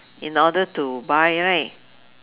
in order to buy right